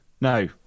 No